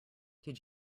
did